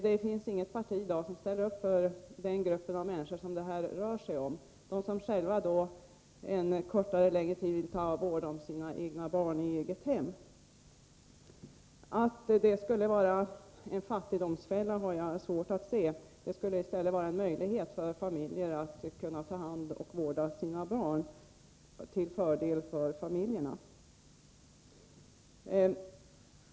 Det finns inget annat parti som i dag ställer upp för den grupp av människor det här rör sig om: de som själva en kortare eller längre tid vill ta vård om sina egna barn i eget hem. Att det skulle vara en fattigdomsfälla har jag svårt att se. Det skulle i stället innebära en möjlighet för familjer att kunna ta hand om och vårda sina barn, till fördel för familjerna.